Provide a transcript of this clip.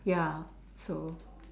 ya so